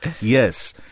Yes